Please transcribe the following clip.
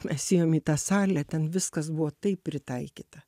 mes ėjom į tą salę ten viskas buvo taip pritaikyta